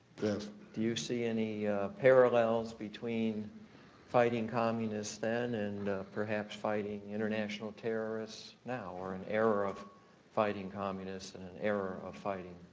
yes. middleton do you see any parallels between fighting communists then and perhaps fighting international terrorists now or an era of fighting communists and an era of fighting?